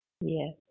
Yes